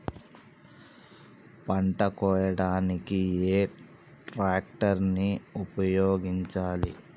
పంట కోయడానికి ఏ ట్రాక్టర్ ని ఉపయోగించాలి?